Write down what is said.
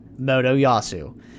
Motoyasu